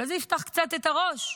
אולי יפתח קצת את הראש.